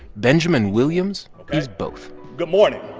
benjamin williams is both good morning